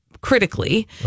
critically